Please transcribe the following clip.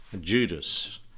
Judas